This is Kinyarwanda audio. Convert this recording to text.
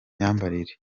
myambarire